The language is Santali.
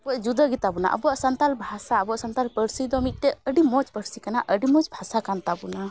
ᱡᱩᱫᱟᱹᱜᱮ ᱛᱟᱵᱚᱱᱟ ᱟᱵᱚᱣᱟᱜ ᱥᱟᱱᱛᱟᱞ ᱵᱷᱟᱥᱟ ᱟᱵᱚᱣᱟᱜ ᱥᱟᱱᱛᱟᱞ ᱯᱟᱹᱨᱥᱤ ᱫᱚ ᱢᱤᱫᱴᱮᱱ ᱟᱹᱰᱤ ᱢᱚᱡᱽ ᱯᱟᱹᱨᱥᱤ ᱠᱟᱱᱟ ᱟᱹᱰᱤ ᱢᱚᱡᱽ ᱵᱷᱟᱥᱟ ᱠᱟᱱ ᱛᱟᱵᱚᱱᱟ